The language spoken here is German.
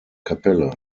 kapelle